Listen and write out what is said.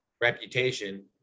reputation